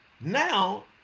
Now